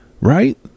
right